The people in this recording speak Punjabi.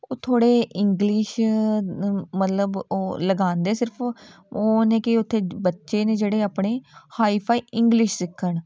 ਉਹ ਥੋੜ੍ਹੇ ਇੰਗਲਿਸ਼ ਮਤਲਬ ਉਹ ਲਗਾਉਂਦੇ ਸਿਰਫ ਉਹ ਨੇ ਕਿ ਉੱਥੇ ਬੱਚੇ ਨੇ ਜਿਹੜੇ ਆਪਣੇ ਹਾਈ ਫਾਈ ਇੰਗਲਿਸ਼ ਸਿੱਖਣ